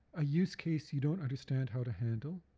a use case you don't understand how to handle,